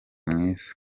mwiza